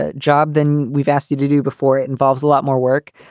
ah job than we've asked you to do before. it involves a lot more work.